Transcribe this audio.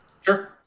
Sure